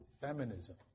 Feminism